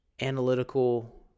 analytical